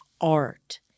art